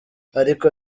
ariko